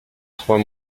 trois